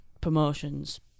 promotions